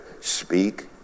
speak